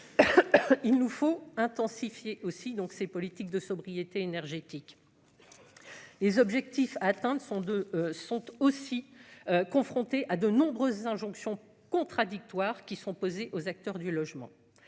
il nous faut intensifier aussi donc c'est politiques de sobriété énergétique, les objectifs atteints de son de son aussi confronté à de nombreuses injonctions contradictoires qui sont posées aux acteurs du logement,